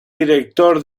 director